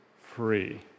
free